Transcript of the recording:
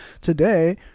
today